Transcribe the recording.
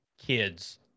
kids